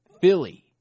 Philly